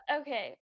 okay